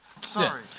Sorry